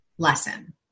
lesson